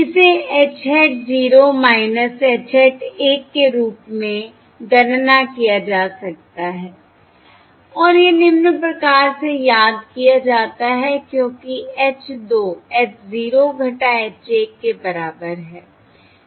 इसे h hat 0 h hat 1 के रूप में गणना किया जा सकता है और यह निम्न प्रकार से याद किया जाता है क्योंकि H 2 h 0 h 1 के बराबर है